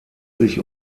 sich